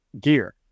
gear